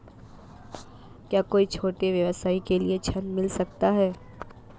क्या कोई छोटे व्यवसाय के लिए ऋण मिल सकता है?